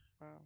Wow